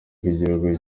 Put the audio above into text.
rw’igihugu